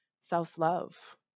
self-love